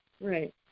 Right